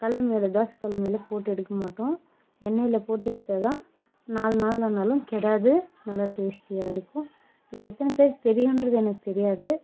கல் மேலே தோசக்கல் மேலே போட்டு எடுக்க மாட்டோம் எண்ணெயில் போட்டு எடுத்தால்தான் நாலு நாள் ஆனாலும் கிடாது நல்லா டேஸ்ட்டியாக இருக்கும் இது எத்தனை பேருக்கு தெரியுன்றது எனக்கு தெரியாது